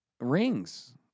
Rings